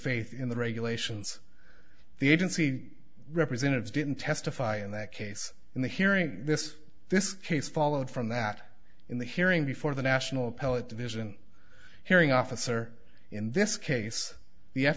faith in the regulations the agency representatives didn't testify in that case in the hearing this this case followed from that in the hearing before the national appellate division hearing officer in this case